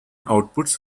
outputs